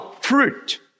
fruit